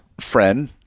friend